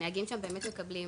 הנהגים שם באמת מקבלים